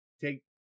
take